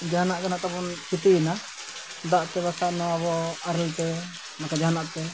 ᱡᱟᱦᱟᱱᱟᱜ ᱜᱮ ᱱᱟᱦᱟᱜ ᱛᱟᱵᱚᱱ ᱠᱷᱚᱛᱤᱭᱮᱱᱟ ᱫᱟᱜ ᱛᱮ ᱵᱟᱠᱷᱟᱡ ᱱᱚᱣᱟ ᱟᱵᱚ ᱟᱨᱮᱞ ᱛᱮ ᱵᱟᱠᱷᱟᱱ ᱡᱟᱦᱟᱱᱟᱜ ᱛᱮ